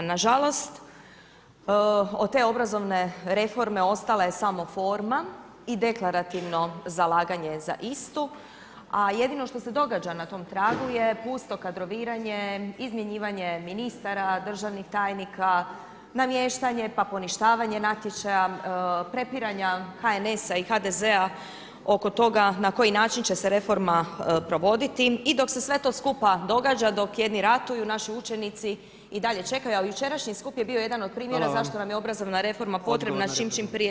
Nažalost, od te obrazovne reforme ostala je samo forma i deklarativno zalaganje za istu, a jedino što se događa na tom tragu je pusto kadroviranje, izmjenjivanje ministara, državnih tajnika, namještanje pa poništavanje natječaja, prepiranja NHS-a i HDZ-a oko toga na koji način će se reforma provoditi i dok se sve to skupa događa, dok jedni ratuju, naši učenici i dalje čekaju, a jučerašnji skup je bio jedan od primjera zašto nam je obrazovna reforma potrebna čim prije, to bolje.